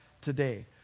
today